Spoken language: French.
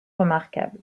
remarquable